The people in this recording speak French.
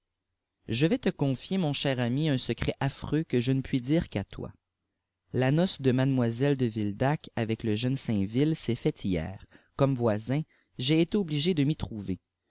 je vais te confier mon cher ami un secret affreux ue je ne puis dire qu'à toi la noce de mademoiselle âe vildac avec le jeune sainville s'est faite hier comme voisin j'ai été obligé de m'y trouver